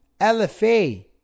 LFA